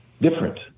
different